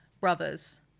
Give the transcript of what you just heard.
brothers